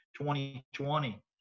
2020